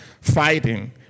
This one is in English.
fighting